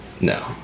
no